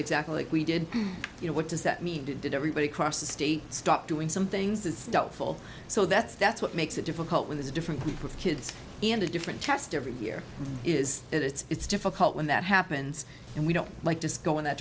exactly like we did you know what does that mean did everybody across the state stop doing some things it's doubtful so that's that's what makes it difficult when there's a different group of kids and a different test every year is that it's difficult when that happens and we don't like to go in that